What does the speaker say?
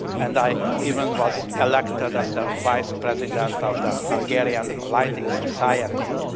and i even was elected as the vice president of the hungarian lighting society,